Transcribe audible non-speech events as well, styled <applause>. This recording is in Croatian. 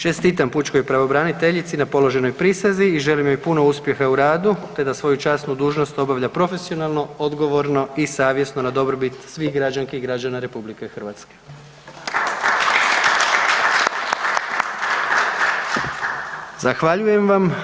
Čestitam pučkoj pravobraniteljici na položenoj prisezi i želim joj puno uspjeha u radu te da svoju časnu dužnost obavlja profesionalno, odgovorno i savjesno na dobrobit svih građanki i građana RH. <applause> Zahvaljujem vam.